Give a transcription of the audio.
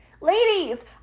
Ladies